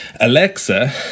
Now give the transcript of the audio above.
Alexa